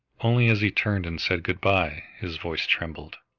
only, as he turned and said good-by, his voice trembled.